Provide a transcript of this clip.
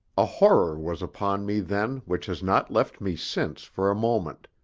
a horror was upon me then which has not left me since for a moment,